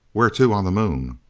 where to on the moon?